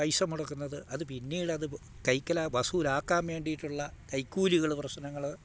പൈസ മുടക്കുന്നത് അത് പിന്നീടത് കൈക്കലാ വസൂലാക്കാൻ വേണ്ടിയിട്ടുള്ള കൈക്കൂലികൾ പ്രശ്നങ്ങൾ